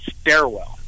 stairwell